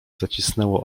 zacisnęło